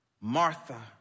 Martha